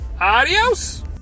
adios